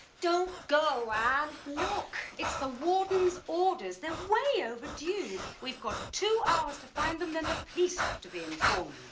don't go, ann. look, it's the warden's orders. they're way overdue. we've got two hours to find them, then the police have to be informed.